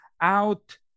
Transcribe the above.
out